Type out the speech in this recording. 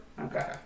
Okay